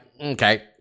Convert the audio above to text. okay